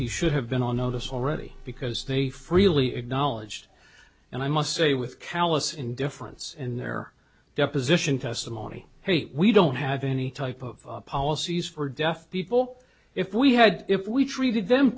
he should have been on notice already because they freely acknowledged and i must say with callous indifference in their deposition testimony hey we don't have any type of policies for deaf people if we had if we treated them